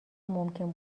ممکن